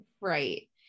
right